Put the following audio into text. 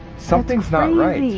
something's not right